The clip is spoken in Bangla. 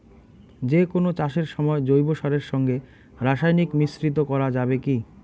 যে কোন চাষের সময় জৈব সারের সঙ্গে রাসায়নিক মিশ্রিত করা যাবে কি?